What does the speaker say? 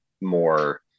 more